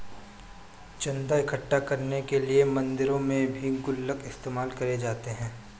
चन्दा इकट्ठा करने के लिए मंदिरों में भी गुल्लक इस्तेमाल करे जाते हैं